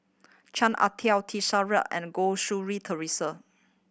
Chan Ah Kow T Sasitharan and Goh Theresa